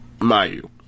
Mayu